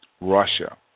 Russia